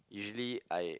usually I